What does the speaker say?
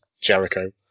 Jericho